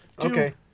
Okay